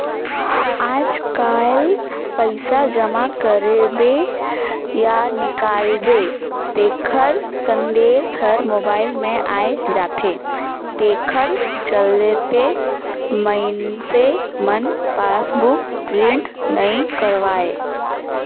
आयज कायल पइसा जमा करबे या निकालबे तेखर संदेश हर मोबइल मे आये जाथे तेखर चलते मइनसे मन पासबुक प्रिंट नइ करवायें